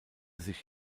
sich